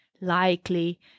Likely